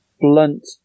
blunt